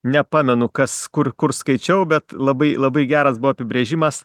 nepamenu kas kur kur skaičiau bet labai labai geras buvo apibrėžimas